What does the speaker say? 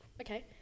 Okay